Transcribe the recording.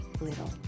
little